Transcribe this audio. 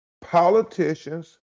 politicians